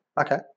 Okay